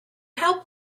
help